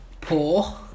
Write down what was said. poor